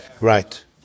Right